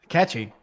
Catchy